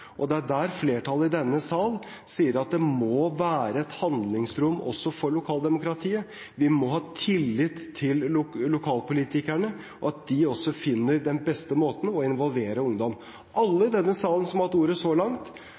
Det er der flertallet i denne sal sier at det må være et handlingsrom også for lokaldemokratiet – vi må ha tillit til lokalpolitikerne og til at de også finner den beste måten å involvere ungdom på. Alle i denne salen som har hatt ordet så langt,